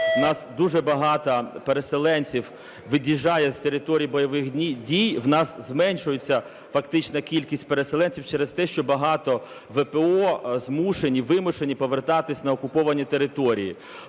у нас дуже багато переселенців від'їжджає з територій бойових дій, у нас зменшується фактична кількість переселенців через те, що багато ВПО змушені, вимушені повертатись на окуповані території.